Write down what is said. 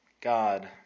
God